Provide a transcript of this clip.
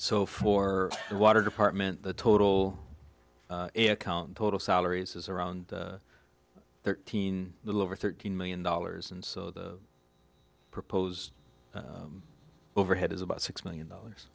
so for the water department the total account total salaries is around thirteen little over thirteen million dollars and so the proposed overhead is about six million dollars